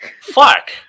Fuck